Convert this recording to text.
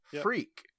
Freak